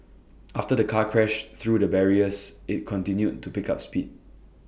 after the car crashed through the barriers IT continued to pick up speed